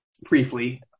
briefly